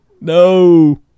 No